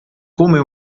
come